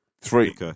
Three